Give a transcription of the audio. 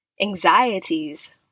anxieties